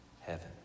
heaven